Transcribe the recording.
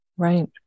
Right